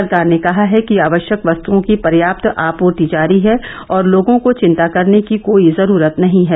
सरकार ने कहा है कि आवश्यक वस्तुओं की पर्याप्त आपूर्ति जारी है और लोगों को चिंता करने की कोई जरूरत नहीं है